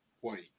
white